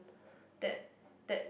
that that